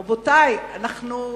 רבותי, אנחנו,